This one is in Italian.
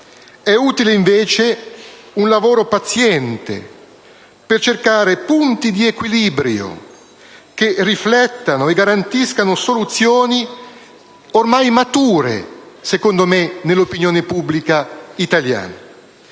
È utile, invece, un lavoro paziente, per cercare punti di equilibrio, che riflettano e garantiscano soluzioni ormai mature, secondo me, nell'opinione pubblica italiana;